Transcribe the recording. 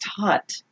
taught